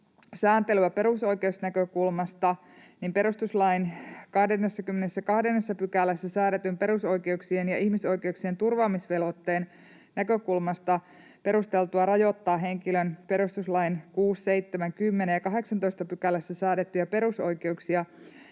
sääntelyä perusoikeusnäkökulmasta, niin perustuslain 22 §:ssä säädetyn perusoikeuksien ja ihmisoikeuksien turvaamisvelvoitteen näkökulmasta on perusteltua rajoittaa henkilön perustuslain 6, 7, 10 ja 18 §:ssä säädettyjä perusoikeuksia,